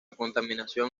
contaminación